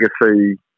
legacy